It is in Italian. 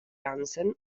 hansen